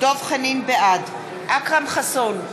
בעד אכרם חסון,